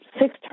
six